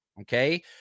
Okay